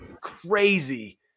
crazy